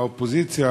מהאופוזיציה,